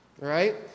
Right